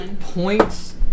points